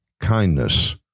kindness